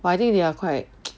but I think they are quite